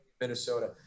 Minnesota